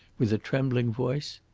with a trembling voice.